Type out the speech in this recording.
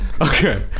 Okay